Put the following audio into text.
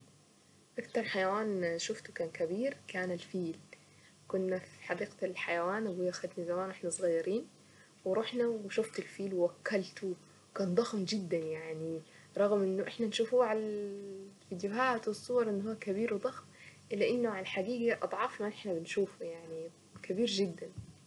اكتر حيوان شوفته كان كبير كان الفيل كنا في حديقة الحيوان واحنا صغيرين ورحنا وشفت الفيل ووكلته كان ضخم جدا يعني رغم انه احنا نشوف في الفيدوهات والصور اللي هو كبير وضخم الا انه عالحقيقة اضعاف ما احنا بنشوفه يعني كبير جدا